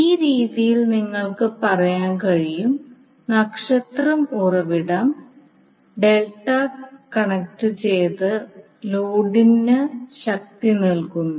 ഈ രീതിയിൽ നിങ്ങൾക്ക് പറയാൻ കഴിയും നക്ഷത്ര ഉറവിടം ഡെൽറ്റ കണക്റ്റുചെയ്ത ലോഡിന് ശക്തി നൽകുന്നു